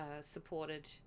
supported